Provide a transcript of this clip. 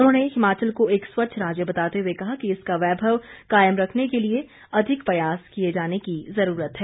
उन्होंने हिमाचल को एक स्वच्छ राज्य बताते हुए कहा कि इसका वैभव कायम रखने के लिए अधिक प्रयास किए जाने की जरूरत है